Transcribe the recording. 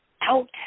out